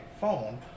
phone